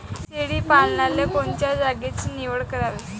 शेळी पालनाले कोनच्या जागेची निवड करावी?